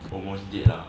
almost dead lah